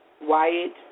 Wyatt